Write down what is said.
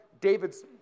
David's